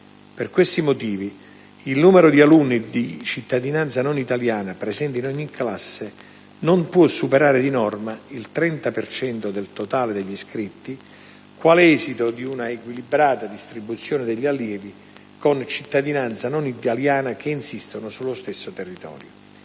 Per questi motivi il numero di alunni di cittadinanza non italiana presenti in ogni classe non può superare di norma il 30 per cento del totale degli iscritti, quale esito di una equilibrata distribuzione degli allievi con cittadinanza non italiana che insistono sullo stesso territorio.